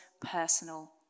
personal